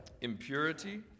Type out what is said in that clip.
Impurity